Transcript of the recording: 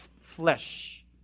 flesh